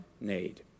need